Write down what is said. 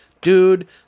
dude